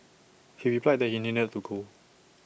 he replied that he needed to go